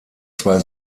zwei